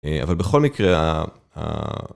אבל בכל מקרה ה-